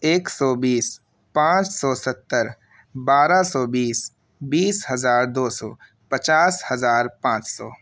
ایک سو بیس پانچ سو ستّر بارہ سو بیس بیس ہزار دو سو پچاس ہزار پانچ سو